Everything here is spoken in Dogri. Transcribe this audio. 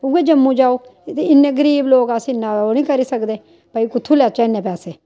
ओह् ऐ जम्मू जाओ ते इन्ने गरीब लोक अस इन्ना ओह् निं करी सकदे भाई कुत्थूं लैचे इन्ने पैसे